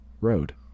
road